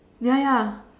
ya ya